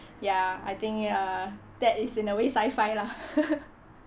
ya I think uh that is in a way sci-fi lah